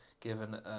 given